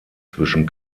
zwischen